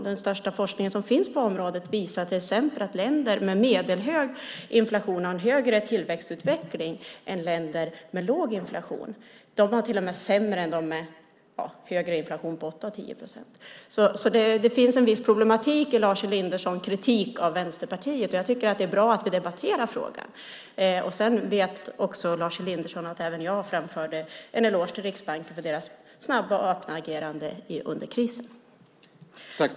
Den forskning som finns på området visar till exempel att länder med medelhög inflation har högre tillväxtutveckling än länder med låg inflation. De var till och med sämre än de med högre inflation på 8-10 procent. Det finns alltså en viss problematik i Lars Elindersons kritik av Vänsterpartiet. Jag tycker att det är bra att vi debatterar frågan. Sedan vet också Lars Elinderson att även jag framförde en eloge till Riksbanken för deras snabba och öppna agerande under krisen.